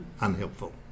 unhelpful